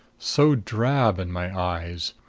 so drab, in my eyes.